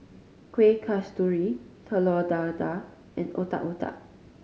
Kueh Kasturi Telur Dadah and Otak Otak